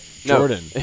Jordan